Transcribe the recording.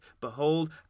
behold